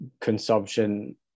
consumption